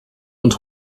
und